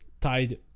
tied